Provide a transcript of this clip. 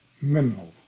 minimal